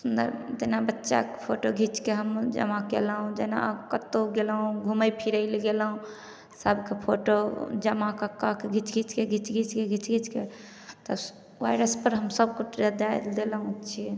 सुन्दर जेना बच्चाके फोटो घिचके हम जमा केलहुॅं जेना कतौ गेलहुॅं घूमै फिरै लए गेलहुॅं सभके फोटो जमा कऽ कऽके घिच घिचके घिच घिचके घिच घिचके तऽ वायरस पर हम सभ फोटो डाइल देलौँ छी